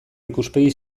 ikuspegi